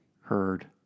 heard